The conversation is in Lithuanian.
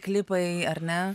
klipai ar ne